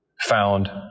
found